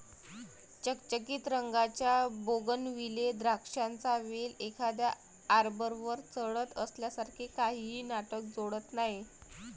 चकचकीत रंगाच्या बोगनविले द्राक्षांचा वेल एखाद्या आर्बरवर चढत असल्यासारखे काहीही नाटक जोडत नाही